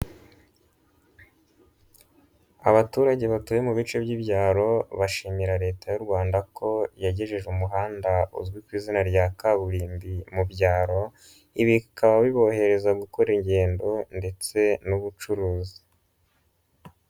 Abaturage batuye mu bice by'ibyaro bashimira leta y'u Rwanda ko yagejeje umuhanda uzwi ku izina rya kaburimbi mu byaro, ibi bikaba biborohereza gukora ingendo ndetse n'ubucuruzi.